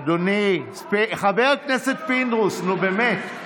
אדוני חבר הכנסת פינדרוס, נו, באמת,